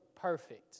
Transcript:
perfect